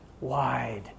wide